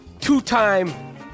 two-time